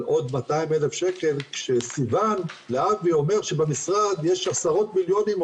עוד 200,000 שקל כשסיון להבי אומר שבמשרד יש עשרות מיליונים,